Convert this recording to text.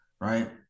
right